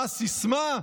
מה הסיסמה,